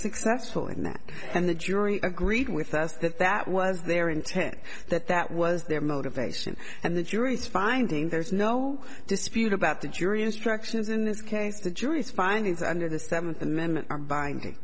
successful in that and the jury agreed with us that that was their intent that that was their motivation and the jury's finding there's no dispute about the jury instructions in this case the jury's findings under the seventh amendment are buying